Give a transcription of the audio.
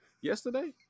yesterday